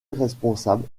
responsable